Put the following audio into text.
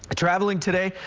ah traveling today,